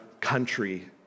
country